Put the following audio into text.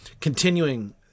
continuing